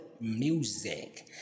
Music